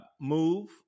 Move